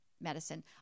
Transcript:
medicine